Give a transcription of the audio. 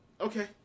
okay